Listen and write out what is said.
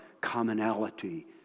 commonality